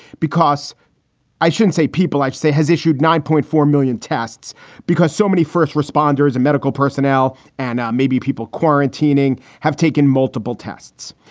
because i shouldn't say people i say has issued nine point four million tests because so many first responders and medical personnel and maybe people quarantining have taken multiple tests.